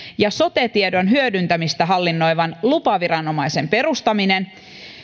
ja sote tiedon hyödyntämistä hallinnoivan lupaviranomaisen perustaminen